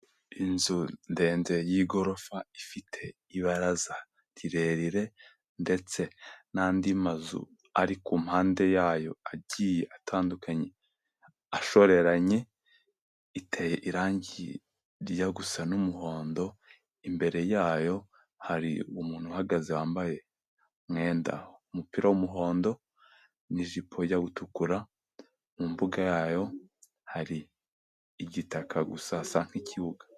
Inzu ndende y'igorofa ifite ibaraza rirerire ndetse n'andi mazu ari ku mpande yayo agiye atandukanye ashoreranye, iteye irangi rijya gusa n'umuhondo, imbere yayo hari umuntu uhagaze wambaye umwenda umupira w'umuhondo n'ijipo ijya gutukura mu mbuga yayo hari igitaka gusa hasa nk'ikibuga.